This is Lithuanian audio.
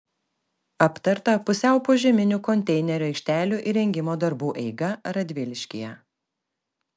aptarta pusiau požeminių konteinerių aikštelių įrengimo darbų eiga radviliškyje